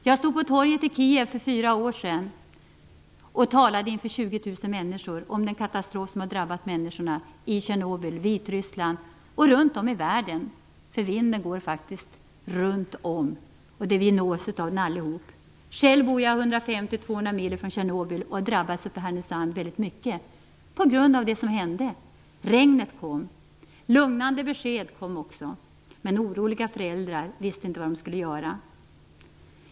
Jag stod på torget i Kiev för fyra år sedan och talade inför 20 000 människor om den katastrof som hade drabbat människorna i Tjernobyl, Vitryssland, och runt om i världen för vinden går faktiskt runt om och når oss alla. Själv bor jag 150-200 mil från Tjernobyl. Härnösand drabbades hårt på grund av det som hände. Regnet kom. Lugnande besked kom också. Men oroliga föräldrar visste inte vad de skulle göra.